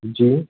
जी